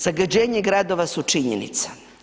Zagađenje gradova su činjenica.